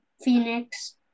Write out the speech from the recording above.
Phoenix